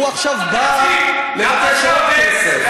הוא עכשיו בא לבקש עוד כסף.